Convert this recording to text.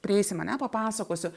prieisim ane papasakosiu